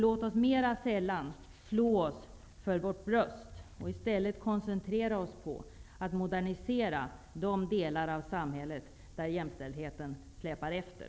Låt oss mera sällan slå oss för vårt bröst och i stället koncentrera oss på att modernisera de delar av samhället där jämställdheten släpar efter.